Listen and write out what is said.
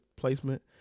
placement